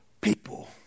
people